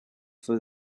for